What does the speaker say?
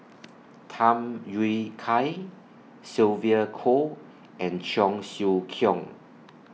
Tham Yui Kai Sylvia Kho and Cheong Siew Keong